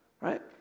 right